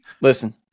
Listen